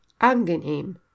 angenehm